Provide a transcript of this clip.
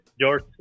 George